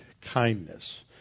kindness